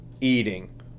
eating